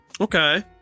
Okay